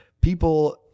people